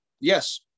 yes